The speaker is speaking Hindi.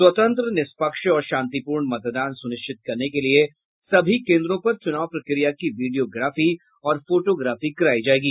स्वतंत्र निष्पक्ष और शांतिपूर्ण मतदान सुनिश्चित करने के लिए सभी केन्द्रों पर चुनाव प्रक्रिया की विडीयोग्राफी और फोटोग्राफी करायी जायेगी